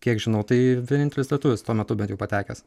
kiek žinau tai vienintelis lietuvis tuo metu bent jau patekęs